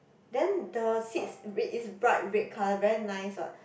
then the seeds red is bright red colour very nice what